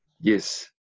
yes